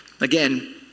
Again